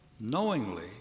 knowingly